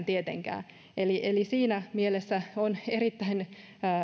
tietenkään siinä mielessä on erittäin